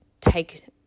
take